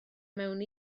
mewn